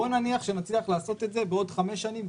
בוא נניח שנצליח לעשות את זה בעוד 5 שנים,